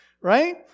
right